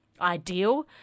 ideal